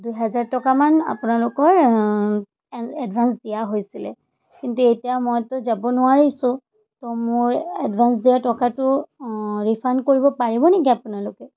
দুহেজাৰ টকামান আপোনালোকৰ এডভাঞ্চ দিয়া হৈছিলে কিন্তু এতিয়া মইতো যাব নোৱাৰিছোঁ তো মোৰ এডভাঞ্চ দিয়া টকাটো ৰিফাণ্ড কৰিব পাৰিব নেকি আপোনালোকে